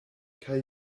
kaj